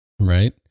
Right